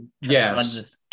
Yes